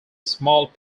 small